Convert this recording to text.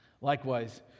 Likewise